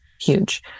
huge